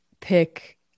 pick